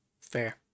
fair